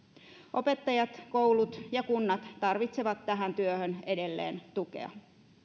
opettajat koulut ja kunnat tarvitsevat tähän työhön edelleen tukea